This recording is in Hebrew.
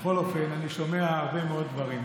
אני שומע הרבה מאוד דברים.